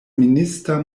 minista